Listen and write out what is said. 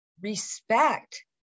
respect